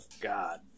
God